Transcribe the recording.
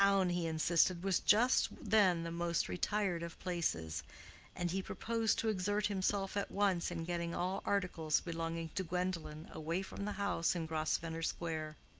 town, he insisted, was just then the most retired of places and he proposed to exert himself at once in getting all articles belonging to gwendolen away from the house in grosvenor square.